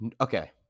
Okay